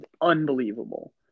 unbelievable